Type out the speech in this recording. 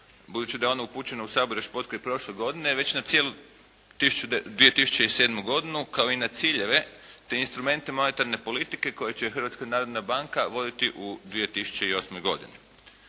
budući da je ono upućeno u Sabor još potkraj prošle godine, veća na cijelu 2007. godinu, kao i na ciljeve te instrumente monetarne politike koju će Hrvatska narodna banka voditi u 2008. godini.